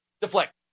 deflect